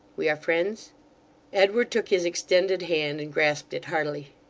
we are friends edward took his extended hand, and grasped it heartily.